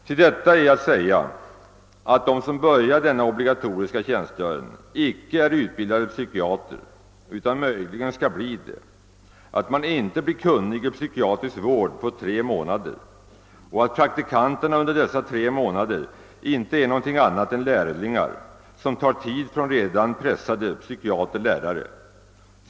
Till detta är att säga att de som börjar denna obligatoriska tjänstgöring icke är utbildade psykiater, utan möjli gen skall bli det, att man inte blir kunnig i psykiatrisk vård på tre månader och att praktikanterna under dessa tre månader inte är någonting annat än lärlingar som tar tid från redan pressade psykiater-lärare.